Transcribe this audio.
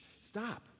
stop